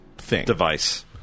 device